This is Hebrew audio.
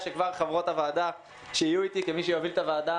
כבר את חברות הוועדה שיהיו אותי כמי שיוביל את הוועדה